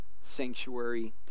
sanctuary